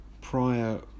prior